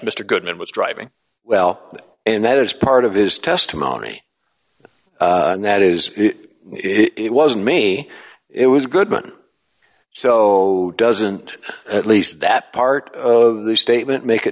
mr goodman was driving well and that is part of his testimony and that is it wasn't me it was goodman so doesn't at least that part of d the statement make a